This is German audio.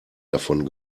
davon